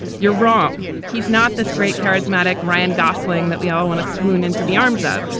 you're wrong. he's not this great, charismatic ryan gosling that we all want to swoon into the arms of.